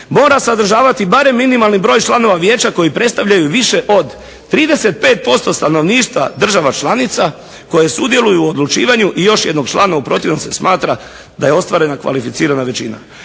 mora sadržavati barem minimalni broj članova Vijeća koji predstavljaju više od 35% stanovništva država članica koje sudjeluju u odlučivanju i još jednog člana u protivnom se smatra da je ostvarena kvalificirana većina.